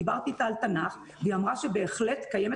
דיברתי איתה על תנ"ך והיא אמרה שבהחלט קיימת